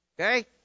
okay